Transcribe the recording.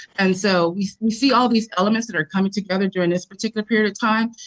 and so we we see all these elements that are coming together during this particular period of time,